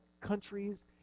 countries